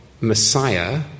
Messiah